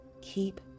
Keep